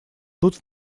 тут